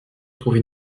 trouver